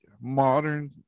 modern